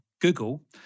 Google